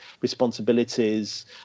responsibilities